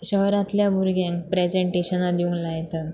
शहरांतल्या भुरग्यांक प्रेजेंनटेशनां दिवंक लायतात